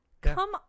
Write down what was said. Come